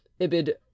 Ibid